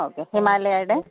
okay ഹിമാലയയുടെ